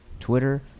Twitter